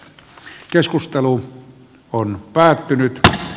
keskustelu on päättynyt